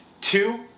Two